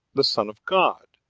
the son of god,